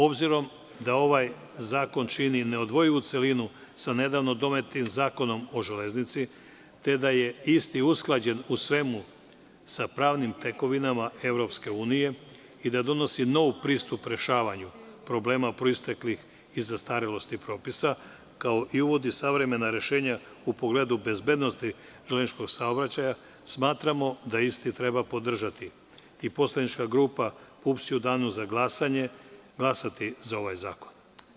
Obzirom da ovaj zakon čini neodvojivu celinu sa nedavno donetim Zakonom o železnici te da je isti usklađen u svemu sa pravnim tekovinama EU i da donosi nov pristup rešavanju problema proisteklih iz zastarelosti propisa, kao i da uvodi savremena rešenja u pogledu bezbednosti železničkog saobraćaja, smatramo da isti treba podržati, i poslanička grupa PUPSće u danu za glasanje glasati za ovaj zakon.